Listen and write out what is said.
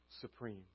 supreme